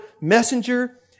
messenger